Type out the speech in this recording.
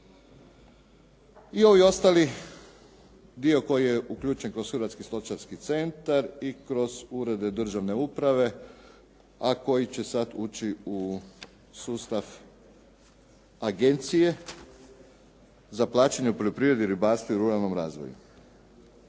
I ovi ostali dio koji je uključen kroz Hrvatski stočarski centar i kroz urede državne uprave a koji će sad ući u sustav agencije za plaćanje u poljoprivredi, ribarstvu i ruralnom razvoju.